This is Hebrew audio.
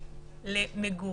למגורים,